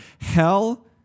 hell